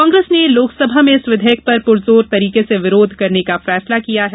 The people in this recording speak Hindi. कांग्रेस ने लोकसभा में इस ैविधेयक पर पुरजोर तरीके से विरोध करने का फैसला किया है